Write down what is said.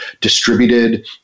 distributed